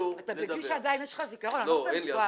לקחת את זכותי, העברת דיון --- לאה, די, נו.